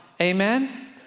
Amen